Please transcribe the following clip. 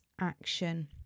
action